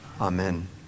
Amen